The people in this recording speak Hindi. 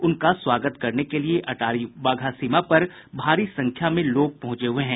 उनका स्वागत करने के लिए अटारी वाघा सीमा पर भारी संख्या में लोग पहुंचे हुए हैं